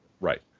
right